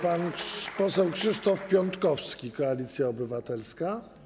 Pan poseł Krzysztof Piątkowski, Koalicja Obywatelska.